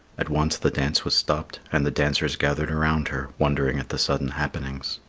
at once the dance was stopped and the dancers gathered around her, wondering at the sudden happenings.